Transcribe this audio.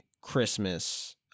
Christmas